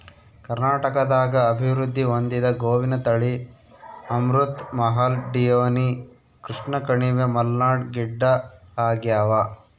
ಕರ್ನಾಟಕದಾಗ ಅಭಿವೃದ್ಧಿ ಹೊಂದಿದ ಗೋವಿನ ತಳಿ ಅಮೃತ್ ಮಹಲ್ ಡಿಯೋನಿ ಕೃಷ್ಣಕಣಿವೆ ಮಲ್ನಾಡ್ ಗಿಡ್ಡಆಗ್ಯಾವ